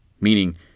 Meaning